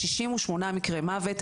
68 מקרי מוות,